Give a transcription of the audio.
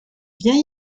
viens